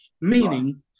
Meaning